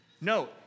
No